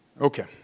Okay